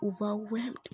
overwhelmed